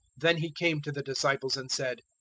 then he came to the disciples and said,